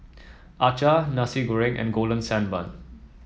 Acar Nasi Goreng and Golden Sand Bun